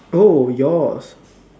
oh yours